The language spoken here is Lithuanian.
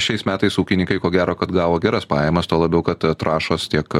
šiais metais ūkininkai ko gero kad gavo geras pajamas tuo labiau kad trąšos tiek